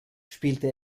spielte